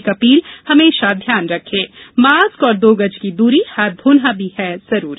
एक अपील हमेशा ध्यान रखें मास्क और दो गज की दूरी हाथ धोना भी है जरूरी